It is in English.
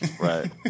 Right